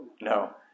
No